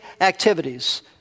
activities